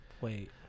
wait